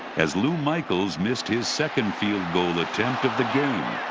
as lou michaels missed his second field-goal attempt of the game.